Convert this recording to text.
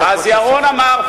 אז ירון אמר,